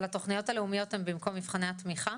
אבל התוכניות הלאומיות הן במקום מבחני התמיכה?